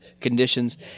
conditions